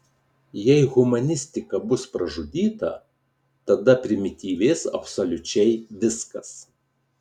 jei humanistika bus pražudyta tada primityvės absoliučiai viskas